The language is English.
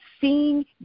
seeing